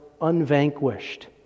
unvanquished